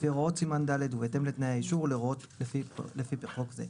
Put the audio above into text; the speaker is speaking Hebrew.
לפי הוראות סימן ד' ובהתאם לתנאי האישור ולהוראות לפי חוק זה.